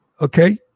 Okay